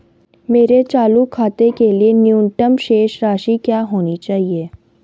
मेरे चालू खाते के लिए न्यूनतम शेष राशि क्या होनी चाहिए?